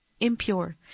impure